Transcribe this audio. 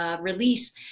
release